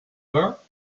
her